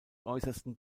äußersten